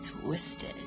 twisted